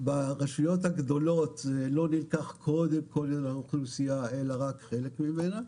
ברשויות הגדולות זה לא נלקח קודם את האוכלוסייה אלא רק חלק ממנה.